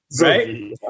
right